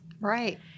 Right